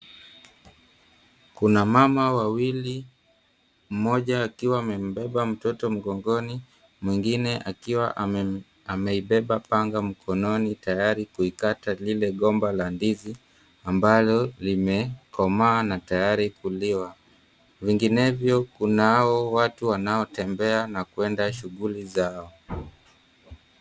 Kuna wamama wawili, mmoja akiwa amebeba mtoto mgongoni mwingine akiwa ameibeba panga mikononi tayari kulikata lile gomba la ndizi ambalo limekomaa na tayari kuliwa. Vinginevyo Kunao watu wanaotembea na kuenda shughuli zao.